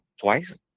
twice